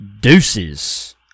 Deuces